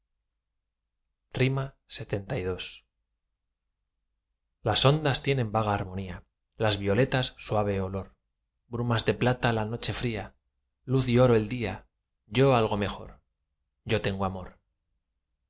muerto lxxii primera voz las ondas tienen vaga armonía las voletas suave olor brumas de plata la noche fría luz y oro el día yo algo mejor yo tengo amor